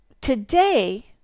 today